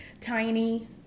Tiny